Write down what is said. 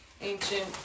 ancient